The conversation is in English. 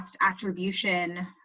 attribution